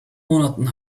monaten